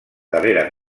carrera